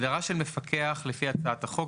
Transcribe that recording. הגדרה של מפקח לפי הצעת החוק,